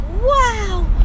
wow